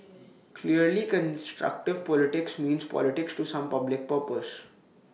clearly constructive politics means politics to some public purpose